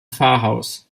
pfarrhaus